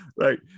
Right